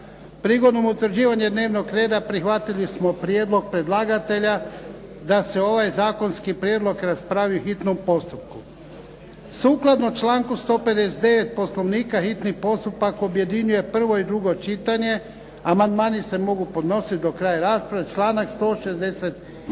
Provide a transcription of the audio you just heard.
Prigodom utvrđivanja dnevnog reda prihvatili smo prijedlog predlagatelja da se ovaj zakonski prijedlog raspravi u hitnom postupku. Sukladno članku 159. Poslovnika hitni postupak objedinjuje prvo i drugo čitanje. Amandmani se mogu podnositi do kraja rasprave, članak 164.